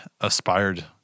aspired